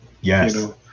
Yes